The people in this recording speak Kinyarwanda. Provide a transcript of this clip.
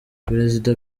perezida